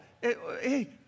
hey